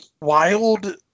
wild